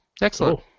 Excellent